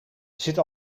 zit